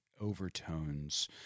overtones